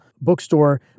bookstore